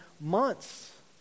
months